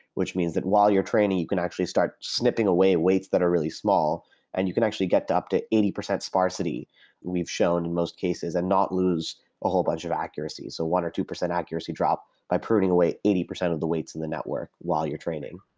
which means that while you're training, you can actually start snipping away away weights that are really small and you can actually get up to eighty percent sparsity we've shown most cases and not lose a whole bunch of accuracies. so one percent or two percent accuracy drop by pruning away eighty percent of the weights in the network while you're training.